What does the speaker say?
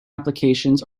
applications